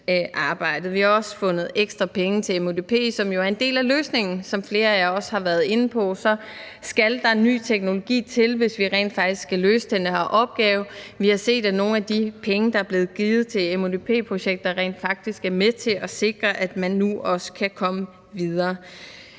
Vi har også fundet ekstra penge til MUDP, som jo er en del af løsningen. Som flere af jer også har været inde på, skal der ny teknologi til, hvis vi rent faktisk skal løse den her opgave. Vi har set, at nogle af de penge, der er blevet givet til MUDP-projekter, rent faktisk er med til at sikre, at man nu også kan komme videre,